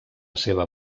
seva